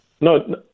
No